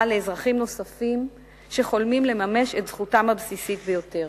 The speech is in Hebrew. לאזרחים נוספים שחולמים לממש את זכותם הבסיסית ביותר,